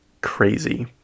crazy